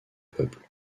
peuples